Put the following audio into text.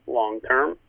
long-term